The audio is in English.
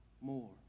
more